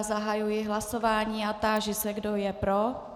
Zahajuji hlasování a táži se, kdo je pro.